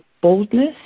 boldness